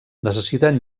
necessiten